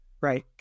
Right